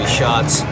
shots